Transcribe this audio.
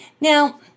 Now